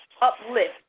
uplift